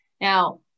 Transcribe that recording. Now